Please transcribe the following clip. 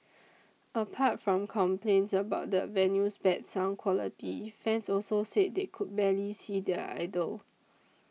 apart from complaints about the venue's bad sound quality fans also said they could barely see their idol